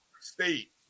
state